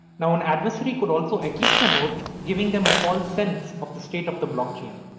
now an adversary could also eclipse a node giving them a false sense of the state of the blockchain.